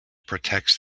protects